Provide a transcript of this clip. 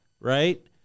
right